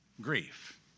grief